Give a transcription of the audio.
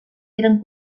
eren